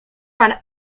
pan